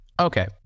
Okay